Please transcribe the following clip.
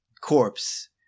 corpse